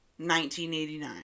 1989